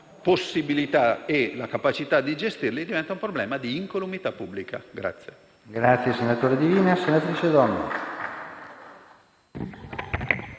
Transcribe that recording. possibilità e la capacità di gestirli si prospetta un problema di incolumità pubblica.